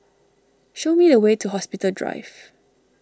show me the way to Hospital Drive